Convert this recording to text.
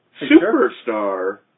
Superstar